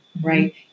right